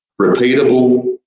repeatable